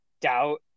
doubt